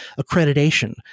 accreditation